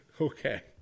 Okay